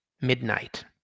midnight